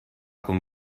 con